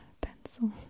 pencil